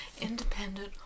independent